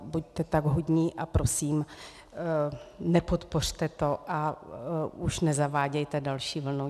Buďte tak hodní a prosím, nepodpořte to a už nezavádějte další vlnu.